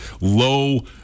Low